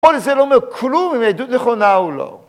‫פה זה לא אומר כלום אם העדות נכונה או לא